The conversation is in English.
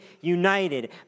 united